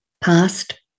past